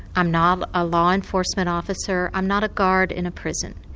i'm not a law enforcement officer, i'm not a guard in a prison.